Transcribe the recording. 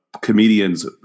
comedians